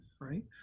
right